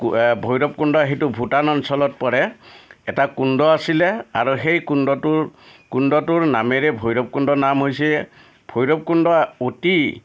ভৈৰৱকুণ্ড সেইটো ভূটান অঞ্চলত পৰে এটা কুণ্ড আছিলে আৰু সেই কুণ্ডটোৰ কুণ্ডটোৰ নামেৰে ভৈৰৱ কুণ্ড নাম হৈছে ভৈৰৱ কুণ্ড অতি